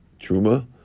truma